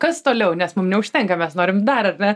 kas toliau nes mum neužtenka mes norim dar ar ne